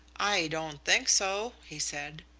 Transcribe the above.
i don't think so, he said,